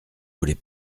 voulais